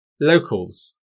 Locals